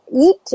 eat